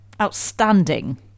Outstanding